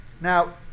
Now